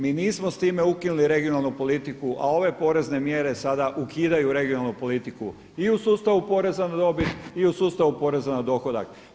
Mi nismo s time ukinuli regionalnu politiku, a ove porezne mjere sada ukidaju regionalnu politiku i u sustavu poreza na dobit i u sustavu poreza na dohodak.